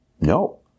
no